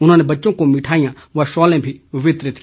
उन्होंने बच्चों को मिठाईयां व शॉलें भी वितरित की